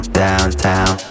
downtown